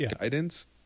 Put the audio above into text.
guidance